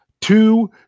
two